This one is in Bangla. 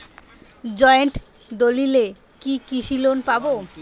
জয়েন্ট দলিলে কি কৃষি লোন পাব?